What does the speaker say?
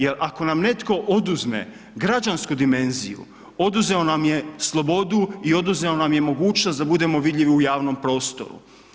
Jer ako nam netko oduzme građansku dimenziju, oduzeo nam je slobodu i oduzeo nam je mogućnost da budemo vidljivi u javnom prostoru.